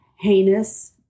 heinous